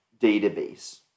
database